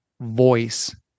voice